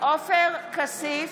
עופר כסיף,